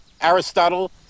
Aristotle